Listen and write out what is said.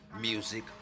Music